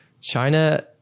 china